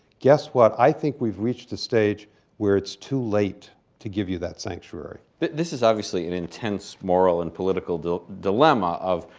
guess what? i think we've reached a stage where it's too late to give you that sanctuary. toobin this is obviously an intense moral and political dilemma of,